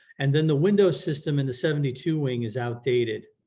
and then the windows system in the seventy two wing is outdated.